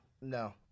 no